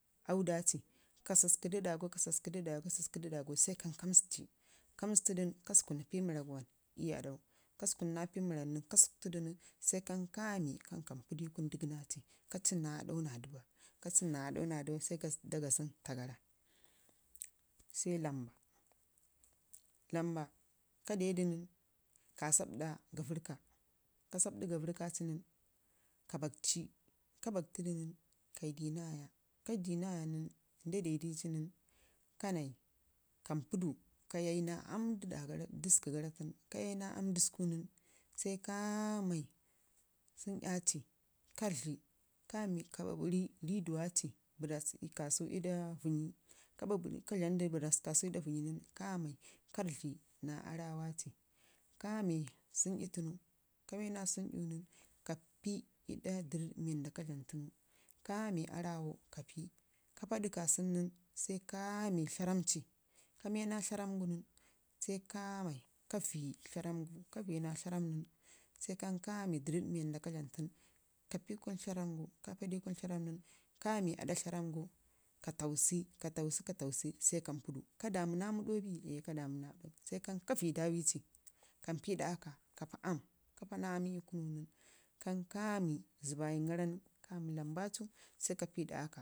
aaudaci ka suki dəɗagu, ka siski dəɗagu, ka siski dəɗagu sai kan ka məsci, ka məstudu nən sai kan kami ka məspiidaci kuna dəkna ci ka ciim naa aɗau naa dəba ka ciim naa aɗau naa dəba sai da gaajin taa gara sai lamba, lamba ka deda nən ka sabɗa gaavənka, ka sabɗu gaavərrka ci nən ka bakci ka baktudu nən kaidu ii naaya id aji du ai naaya nən nda dodivi nən kana kampudu kayaginaa aam dərku gara, ka yaya naa aam dəsku nən, sai kamai sinyaci ka rridti, ka ɓaabərri rriiduwaci bəras kasau ii da vəmyi a dlamdu bras kasunu ii da vəmyin kamai ka rridgli naa aarrawa ci kamai tsənii tumu kame tsinii nən kapui ii ɗa dərrəɗ mii wanda ka dlam tanu kamai aarrawau ka pii, ka paada la sana nən kame tlaarramci, ka menaa tlaarramcin sai ka vəyi tlaarram gu sai kame dərrəɗ mii ka dlame tunu ka pii ii kumu tlaarram gu ka paadu ii kunu tlarramgun, kamai kuturr tlaarramgu ka tausi ka tausi ka tausi sai kampadu. Kadamu naa məɗau ka damu naa mədau bi eh ka damudu sai kamai dawi ci kampi ii aɗa aakka ka pii aam ka paa naa aam ii kunu nən zəayingara nən sai kami lamba cu ka pii ii ɗa aakka